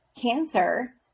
cancer